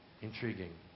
Intriguing